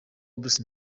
bruce